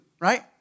right